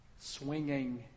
swinging